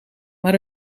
maar